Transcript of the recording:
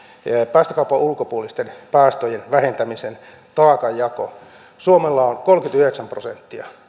päästökaupan ulkopuolisten päästöjen vähentämisen taakanjako suomella on kolmekymmentäyhdeksän prosenttia